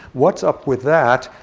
what's up with that?